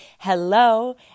Hello